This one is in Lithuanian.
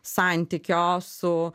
santykio su